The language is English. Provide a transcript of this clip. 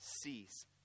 cease